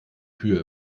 kühe